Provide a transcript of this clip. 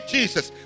Jesus